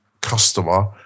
customer